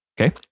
Okay